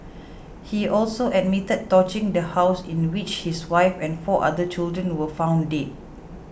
he also admitted torching the house in which his wife and four other children were found dead